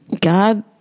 god